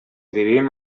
vivim